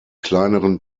kleineren